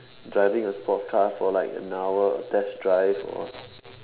driving a sports car for like an hour or test drive or